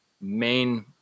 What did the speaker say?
main